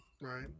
Right